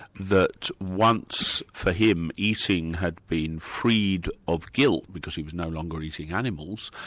that once for him eating had been freed of guilt, because he was no longer eating animals,